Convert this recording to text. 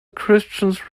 christians